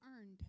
earned